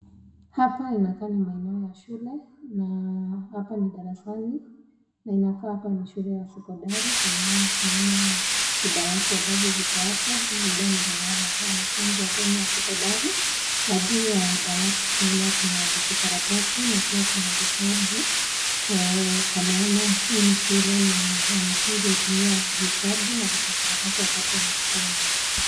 Hapa inakaa ni maeneo ya shule na hapa ni darasani na inakaa kaa ni shule ya sekondari kwa maana tunaona dawati ambavyo viko hapo wanafunzi ambao ni wa sekondari na juu ya dawati tunaona kuna vijikaratasi na pia kuna vitabu kwa maana hii ni shule na wanafunzi hutumia vitabu na vijikaratasi wakati wanasoma.